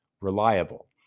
reliable